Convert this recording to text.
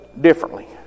differently